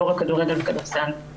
לא רק כדורגל וכדורסל.